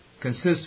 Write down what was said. consists